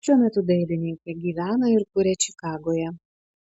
šiuo metu dailininkė gyvena ir kuria čikagoje